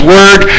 Word